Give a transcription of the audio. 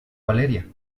valeria